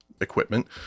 equipment